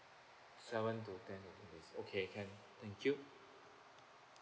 seven to ten days okay can thank you